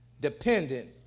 dependent